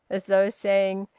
as though saying,